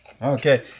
Okay